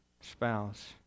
spouse